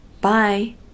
Bye